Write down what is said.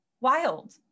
wild